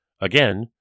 Again